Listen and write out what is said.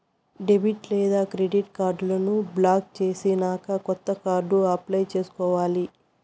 debit లేదా credit కార్డులను block చేసినాక కొత్త కార్డు అప్లై చేసుకోవాలి